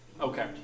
Okay